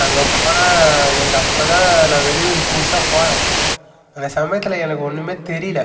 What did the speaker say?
அங்கே போனால் எனக்கு அப்போ தான் நான் வெளியூருக்கு புதுசாக போகிறேன் அந்த சமயத்தில் எனக்கு ஒன்றுமே தெரியல